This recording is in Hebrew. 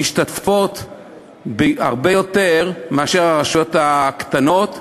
משתתפות בהרבה יותר מאשר הרשויות הקטנות,